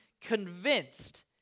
convinced